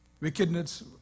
Wickedness